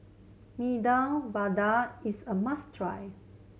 Medu Vada is a must try